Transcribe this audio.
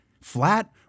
Flat